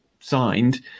Signed